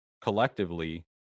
collectively